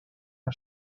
amb